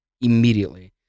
immediately